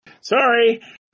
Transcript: Sorry